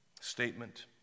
statement